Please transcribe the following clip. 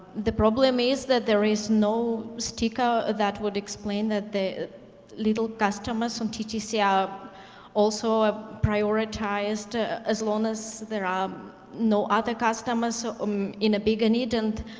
the problem is that there is no sticker that would explain that the little customers on ttc are also ah prioritized as long as there are um no other customers so um in a bigger need, and